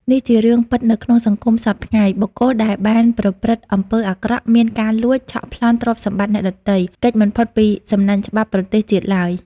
នេះជារឿងពិតនៅក្នុងសង្គមសព្វថ្ងៃ បុគ្គលដែលបានប្រព្រឹត្តទង្វើអាក្រក់មានការលួច ឆក់ប្លន់ទ្រព្យសម្បត្តិអ្នកដទៃ គេចមិនផុតពីសំណាញ់ច្បាប់ប្រទេសជាតិឡើយ។